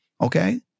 Okay